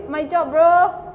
quit my job bro